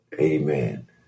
amen